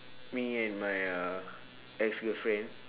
me and my uh ex-girlfriend